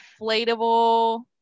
inflatable